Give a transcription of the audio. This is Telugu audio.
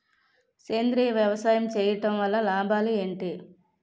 సేంద్రీయ వ్యవసాయం చేయటం వల్ల లాభాలు ఏంటి?